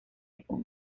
iphone